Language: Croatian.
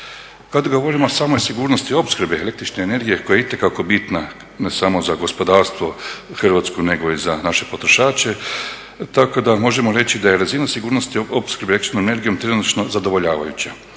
Kad govorimo o samoj sigurnosti opskrbe električne energije koja je itekako bitno ne samo za gospodarstvo hrvatsko nego i za naše potrošače tako da možemo reći da je razina sigurnosti u opskrbi električnom energijom trenutačno zadovoljavajuća.